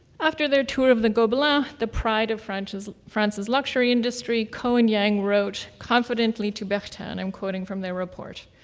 after their tour of the gobelin, the pride of france's france's luxury industry, ko and yang wrote confidently to bertin. i'm quoting from their report.